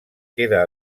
queda